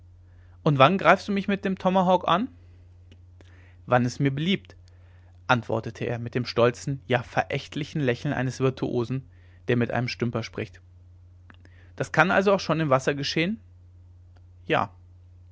und wann greifst du mich mit dem tomahawk an wann es mir beliebt antwortete er mir mit dem stolzen ja verächtlichen lächeln eines virtuosen der mit einem stümper spricht das kann also auch schon im wasser geschehen ja